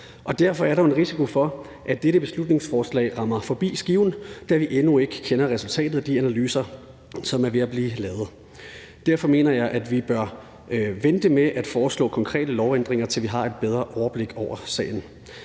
for. Der er en risiko for, at dette beslutningsforslag rammer forbi skiven, da vi endnu ikke kender resultatet af de analyser, som er ved at blive lavet. Derfor mener jeg, at vi bør vente med at foreslå konkrete lovændringer, til vi har et bedre overblik over sagen.